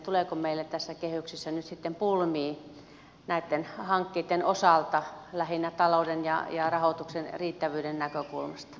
tuleeko meille näissä kehyksissä nyt sitten pulmia näitten hankkeitten osalta lähinnä talouden ja rahoituksen riittävyyden näkökulmasta